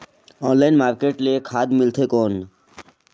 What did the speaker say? Online market ले खाद मिलथे कौन?